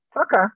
Okay